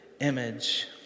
image